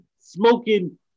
smoking